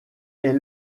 est